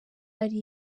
ari